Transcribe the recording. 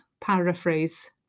paraphrase